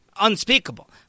unspeakable